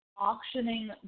auctioning